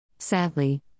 Sadly